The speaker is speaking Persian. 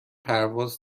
پرواز